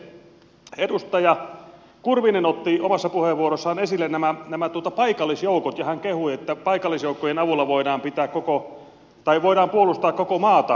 mutta sitten arvoisa puhemies edustaja kurvinen otti omassa puheenvuorossaan esille nämä paikallisjoukot ja hän kehui että paikallisjoukkojen avulla voidaan puolustaa koko maata